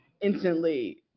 instantly